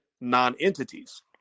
non-entities